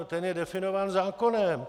Ten je definován zákonem.